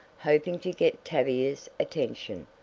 hoping to get tavia's attention.